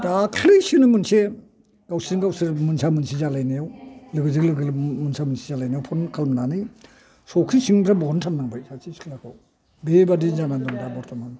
दाख्लैसोनो मोनसे गावसोरजों गावसोर मोनसा मोनसि जालायनायाव लोगोजों लोगो मोनसा मोनसि जालायनायाव फन खालामनानै सौखि सिंनिफ्राइ बहनथारनांबाय सासे सिख्लाखौ बे बादि जाना दं दा बरथ'मान